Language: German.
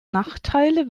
nachteile